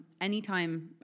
anytime